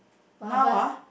now ah